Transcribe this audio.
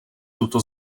tuto